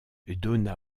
donna